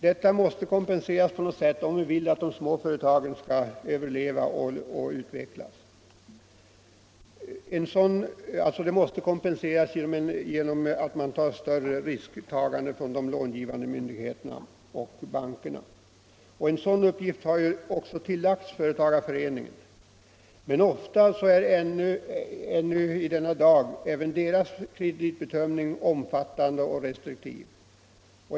Detta måste, om man vill att de små företagen skall överleva och utvecklas, kompenseras genom att de långivande myndigheterna och bankerna åtar sig ett större risktagande. En sådan uppgift har också ålagts företagarföreningarna, men ofta är även i dag deras kreditbedömning omständlig och restriktiv.